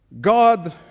God